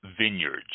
Vineyards